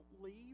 leave